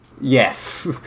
Yes